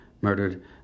murdered